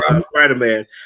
Spider-Man